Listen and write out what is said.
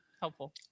Helpful